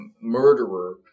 murderer